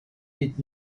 did